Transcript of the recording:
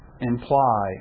Imply